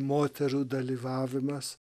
moterų dalyvavimas